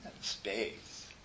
space